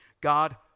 God